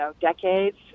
decades